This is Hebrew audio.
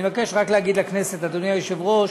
אני מבקש רק להגיד לכנסת, אדוני היושב-ראש,